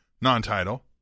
non-title